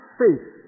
faith